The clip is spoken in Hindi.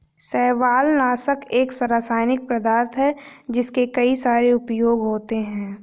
शैवालनाशक एक रासायनिक पदार्थ है जिसके कई सारे उपयोग होते हैं